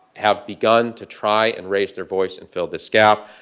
have begun to try and raise their voice and fill this gap.